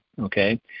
Okay